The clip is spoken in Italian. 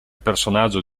personaggio